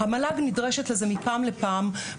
המל"ג נדרשת לזה מפעם לפעם.